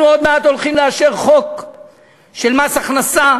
אנחנו עוד מעט הולכים לאשר חוק של מס הכנסה,